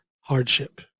hardship